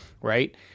right